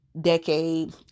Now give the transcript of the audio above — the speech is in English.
decade